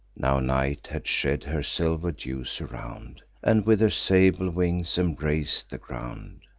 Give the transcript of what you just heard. now night had shed her silver dews around, and with her sable wings embrac'd the ground,